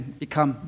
become